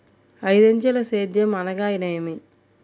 ఐదంచెల సేద్యం అనగా నేమి?